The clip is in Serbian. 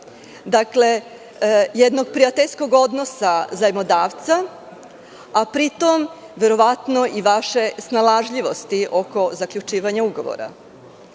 jednog prijateljskog odnosa zajmodavca, a pri tom i vaše snalažljivosti oko zaključivanja ugovor. Samo